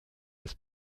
des